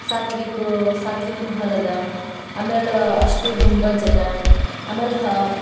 ಸಾತ್ವಿಕ ಸಾತ್ವಿಕ ಮಹಲದ ಆಮೇಲೆ ಅಷ್ಟೂರು ಗುಂಬಜ್ ಅದ ಆಮೇಲೆ ಹ